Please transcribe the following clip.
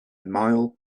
mile